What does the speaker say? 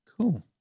Cool